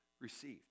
received